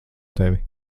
tevi